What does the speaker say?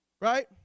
Right